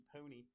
Pony